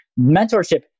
mentorship